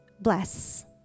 Bless